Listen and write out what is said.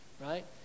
Right